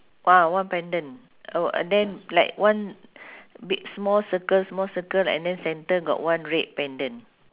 ah one pendant uh uh then like one big small circle small circle and then centre got one red pendant